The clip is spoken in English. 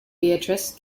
beatrice